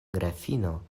grafino